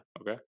okay